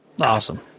awesome